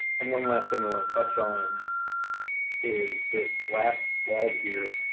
and one last thing i want to touch on is this last slide here,